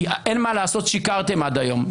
אין מה לעשות, שיקרתם עד היום.